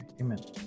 Amen